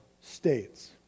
states